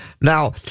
Now